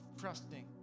trusting